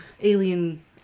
alien